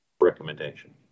recommendation